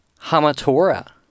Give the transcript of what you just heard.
Hamatora